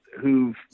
who've